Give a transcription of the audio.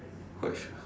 white shoes